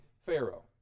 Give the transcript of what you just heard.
Pharaoh